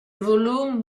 volume